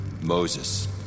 Moses